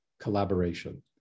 collaboration